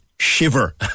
shiver